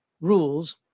Rules